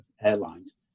airlines